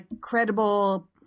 credible